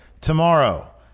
Tomorrow